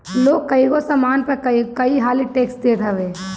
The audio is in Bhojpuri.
लोग कईगो सामान पअ कई हाली टेक्स देत हवे